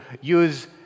use